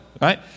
right